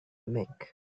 mick